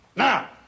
Now